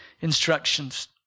instructions